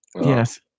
Yes